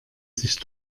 sich